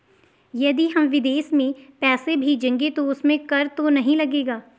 यदि हम विदेश में पैसे भेजेंगे तो उसमें कर तो नहीं लगेगा?